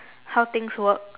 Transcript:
how things work